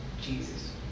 Jesus